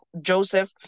Joseph